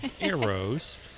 arrows